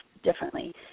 differently